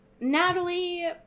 Natalie